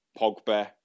Pogba